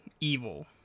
evil